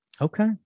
Okay